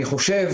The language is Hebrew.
אני חושב